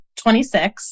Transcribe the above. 26